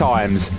Times